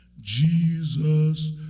Jesus